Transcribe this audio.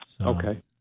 okay